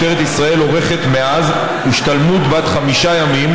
משטרת ישראל עורכת מאז השתלמות בת חמישה ימים